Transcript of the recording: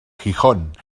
gijón